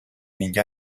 negli